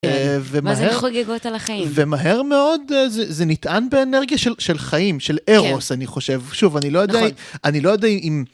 ומהר, מה זה חוגגות על החיים, ומהר מאוד זה נטען באנרגיה של חיים, כן, של ארוס, אני חושב, שוב, נכון, אני לא יודע, אני לא יודע אם...